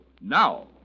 Now